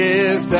Give